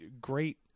great